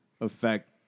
affect